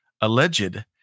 alleged